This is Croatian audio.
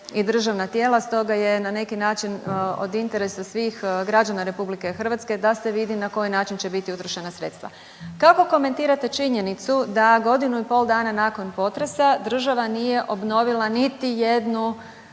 i državna tijela. Stoga je na neki način od interesa svih građana Republike Hrvatske da se vidi na koji način će biti utrošena sredstva. Kako komentirate činjenicu da godinu i pol dana nako potresa država nije obnovila niti jednu